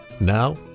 now